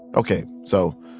okay. so,